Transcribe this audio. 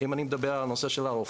אם אני מדבר על הנושא של הרופאים,